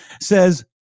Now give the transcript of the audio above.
says